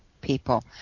people